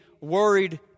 worried